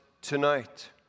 tonight